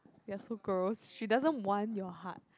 you are so girls she doesn't want your heart